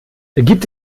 gibt